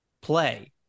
play